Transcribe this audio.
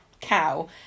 cow